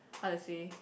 how to say